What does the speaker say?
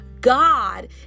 God